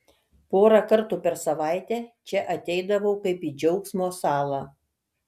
porą kartų per savaitę čia ateidavau kaip į džiaugsmo salą